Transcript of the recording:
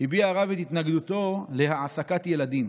הביע הרב את התנגדותו להעסקת ילדים.